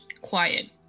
quiet